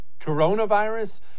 Coronavirus